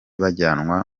bajyanwa